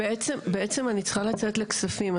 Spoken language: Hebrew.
בעצם אני צריכה לצאת לכספים,